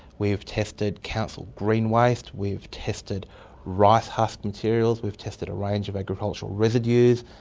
we've tested council green waste, we've tested rice husk materials, we've tested a range of agricultural residues,